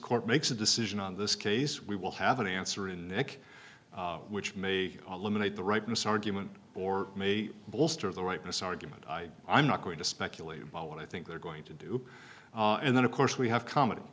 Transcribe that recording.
court makes a decision on this case we will have an answer in the nick which may eliminate the rightness argument or may bolster the rightness argument i i'm not going to speculate about what i think they're going to do and then of course we have comedy